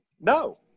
No